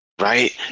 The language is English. Right